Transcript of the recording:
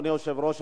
אדוני היושב-ראש,